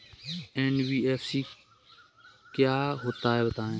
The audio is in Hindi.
एन.बी.एफ.सी क्या होता है बताएँ?